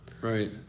Right